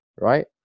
right